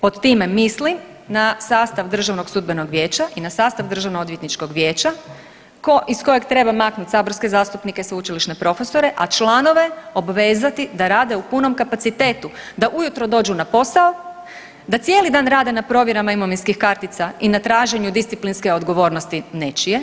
Pod time mislim na sastav Državnog sudbenog vijeća i na sastav Državnoodvjetničkog vijeća iz kojeg treba maknut saborske zastupnike, sveučilišne profesore, a članove obvezati da rade u punom kapacitetu, da u jutro dođu na posao, da cijeli dan rade na provjerama imovinskih kartica i na traženju disciplinske odgovornosti nečije.